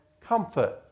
comfort